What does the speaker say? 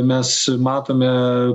mes matome